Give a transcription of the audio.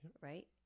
right